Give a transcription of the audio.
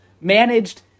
managed